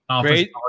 Great